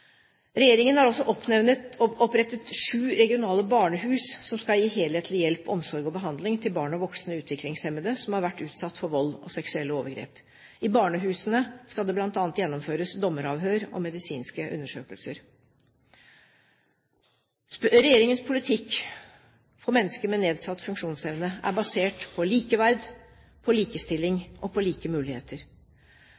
Regjeringen har også opprettet sju regionale barnehus som skal gi helhetlig hjelp, omsorg og behandling til barn og voksne utviklingshemmede som har vært utsatt for vold og seksuelle overgrep. I barnehusene skal det bl.a. gjennomføres dommeravhør og medisinske undersøkelser. Regjeringens politikk for mennesker med nedsatt funksjonsevne er basert på likeverd, likestilling